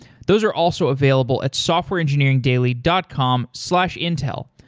those are also available at softwareengineeringdaily dot com slash intel.